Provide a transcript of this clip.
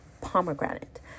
pomegranate